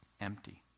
empty